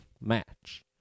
match